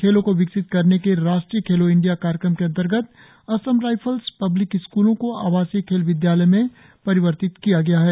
खेलों को विकसित करने के राष्ट्रीय खेलो इंडिया कार्यक्रम के अंतर्गत असम राइफल्स पब्लिक स्क़लों को आवासीय खेल विदयालय में परिवर्तित किया गया है